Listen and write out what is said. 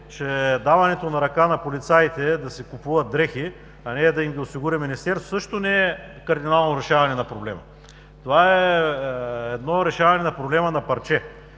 че даването на ръка на полицаите да си купуват дрехи, а не да им ги осигури Министерството, също не е кардинално решаване на проблема. Това е решаване на проблема на парче.